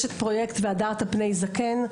יש את פרויקט "והדרת פני זקן"